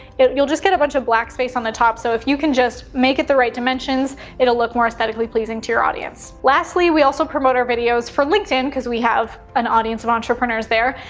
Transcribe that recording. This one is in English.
you'll just get a bunch of black space on the top so if you can just make it the right dimensions, it'll look more aesthetically pleasing to your audience. lastly, we also promote our videos for linkedin cause we have an audience of entrepreneurs there.